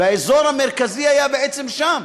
והאזור המרכזי היה בעצם שם,